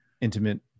intimate